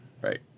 Right